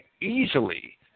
easily